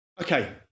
Okay